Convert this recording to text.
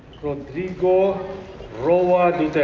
rodrigo roa